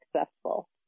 successful